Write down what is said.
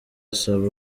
asaba